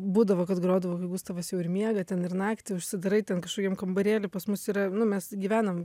būdavo kad grodavau gustavas jau ir miega ten ir naktį užsidarai ten kažkokiam kambarėly pas mus yra nu mes gyvenam